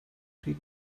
pryd